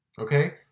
Okay